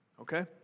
Okay